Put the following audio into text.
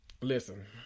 listen